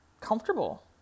comfortable